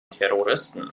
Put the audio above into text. terroristen